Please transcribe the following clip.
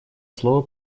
слово